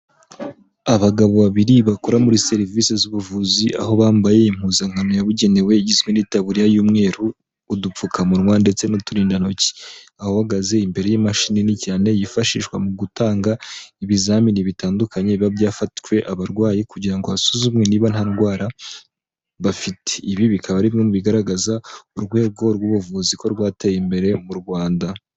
Abagabo babiri bakora muri serivisi z'ubuvuzi aho bambaye impuzankano yabugenewe igizwe n'itabiririya y'umweru, udupfukamunwa ndetse n'uturindantoki. Aho ahagaze imbere y'imashini nini cyane yifashishwa mu gutanga ibizamini bitandukanye biba byafatitwe abarwayi kugira ngo hasuzumwe niba nta ndwara bafite. Ibi bikaba ari bimwe mu bigaragaza urwego rw'ubuvuzi ko rwateye imbere mu Rwanda